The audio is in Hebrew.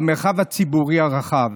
במרחב הציבורי הרחב.